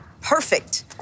perfect